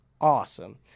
awesome